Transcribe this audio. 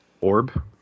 Orb